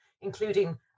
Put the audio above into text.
including